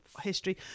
history